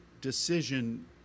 decision